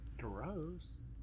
Gross